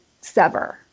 sever